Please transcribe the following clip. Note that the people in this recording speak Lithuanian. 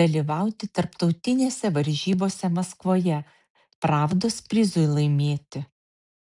dalyvauti tarptautinėse varžybose maskvoje pravdos prizui laimėti